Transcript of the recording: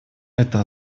это